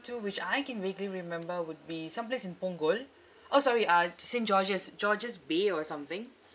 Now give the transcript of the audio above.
to which I can vaguely remember would be some place in punggol orh sorry uh saint george's george's bay or something